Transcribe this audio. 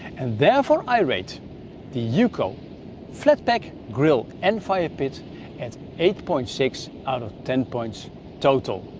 and therefore i rate the uco flatpack grill and firepit at eight point six out of ten points total!